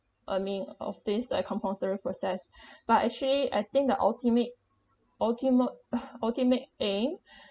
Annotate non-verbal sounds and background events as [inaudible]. I mean of this like compulsory process [breath] but actually I think the ultimate ultimote [noise] ultimate aim